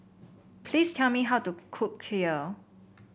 please tell me how to cook Kheer